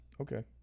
Okay